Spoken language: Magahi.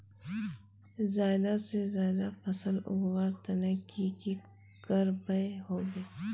ज्यादा से ज्यादा फसल उगवार तने की की करबय होबे?